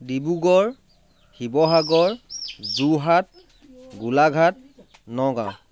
Dibrugarh Sivasagar Jorhat Golaghat Nagaon